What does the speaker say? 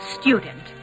student